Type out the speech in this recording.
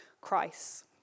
Christ